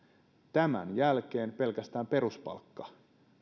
tämän jälkeen pelkästään peruspalkka